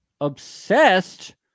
obsessed